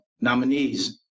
nominees